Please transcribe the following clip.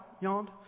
Yawned